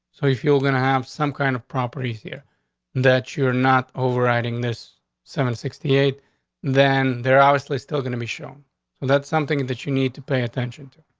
so if you're gonna have some kind of properties here that you're not overriding this seven sixty eight then they're obviously still gonna be shown, so that's something and that you need to pay attention to.